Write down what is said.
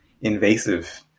invasive